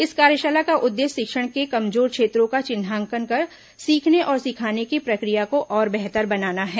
इस कार्यशाला का उद्देश्य शिक्षण के कमजोर क्षेत्रों का चिन्हांकन कर सीखने और सिखाने की प्रक्रिया को और बेहतर बनाना है